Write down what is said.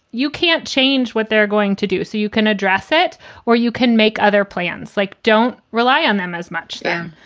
you can't change what they're going to do. so you can address it or you can make other plans. like, don't rely on them as much then.